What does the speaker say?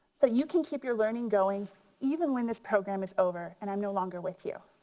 so you can keep your learning going even when this program is over and i'm no longer with you.